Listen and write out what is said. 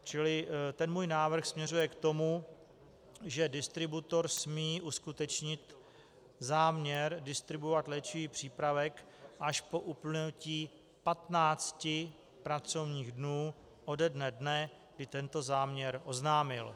Čili můj návrh směřuje k tomu, že distributor smí uskutečnit záměr distribuovat léčivý přípravek až po uplynutí 15 pracovních dnů ode dne, kdy tento záměr oznámil.